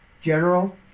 General